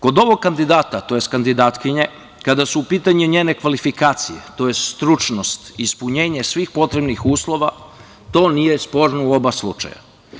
Kod ovog kandidata, tj. kandidatkinje, kada su u pitanju njene kvalifikacije, tj. stručnost i ispunjenje svih potrebnih uslova, to nije sporno u oba slučaja.